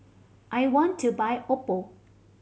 I want to buy Oppo